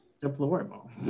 deplorable